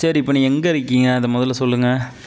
சரி இப்போ நீங்கள் எங்கே இருக்கீங்க அதை முதல்ல சொல்லுங்கள்